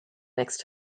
next